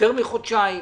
יותר מחודשיים,